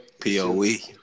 P-O-E